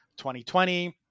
2020